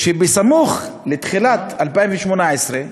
סמוך לתחילת 2018,